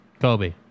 kobe